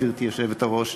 גברתי היושבת-ראש,